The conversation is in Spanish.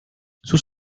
sus